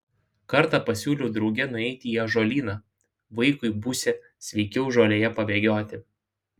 kartą pasiūliau drauge nueiti į ąžuolyną vaikui būsią sveikiau žolėje pabėgioti